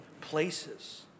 places